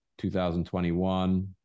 2021